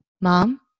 Mom